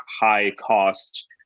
high-cost